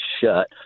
shut